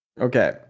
Okay